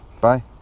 Bye